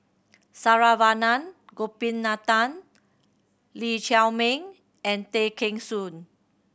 Saravanan Gopinathan Lee Chiaw Meng and Tay Kheng Soon